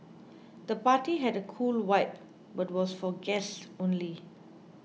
the party had a cool vibe but was for guests only